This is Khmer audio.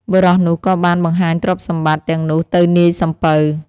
បុរសនោះក៏បានបង្ហាញទ្រព្យសម្បត្តិទាំងនោះទៅនាយសំពៅ។